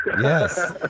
Yes